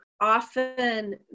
often